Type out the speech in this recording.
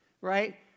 right